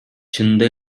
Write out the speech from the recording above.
чынында